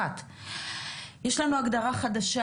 יש לנו הגדרה חדשה,